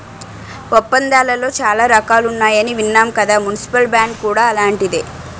ఒప్పందాలలో చాలా రకాలున్నాయని విన్నాం కదా మున్సిపల్ బాండ్ కూడా అలాంటిదే